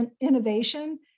innovation